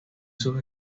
sus